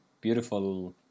beautiful